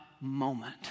moment